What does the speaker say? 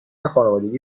خانوادگی